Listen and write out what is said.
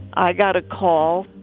i got a call,